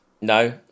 No